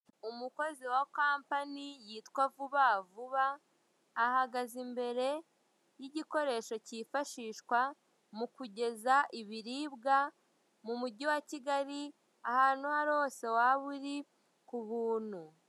Umukozi wa kampani yitwa vubavuba ahagaze imbere y'igikoresho kifashishwa mu kugeza ibiribwa mu mugi wa Kigali ahantu ahariho hose waba uri ku buntu.